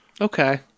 Okay